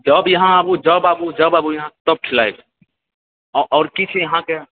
जऽब इहाँ आबू जब आबू जब आबू इहाँ तब खिलाएब अऽ आओर किछु इहाँके